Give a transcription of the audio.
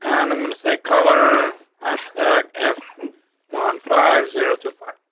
and i'm going to say color hashtag f on fire zero to five,